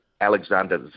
Alexander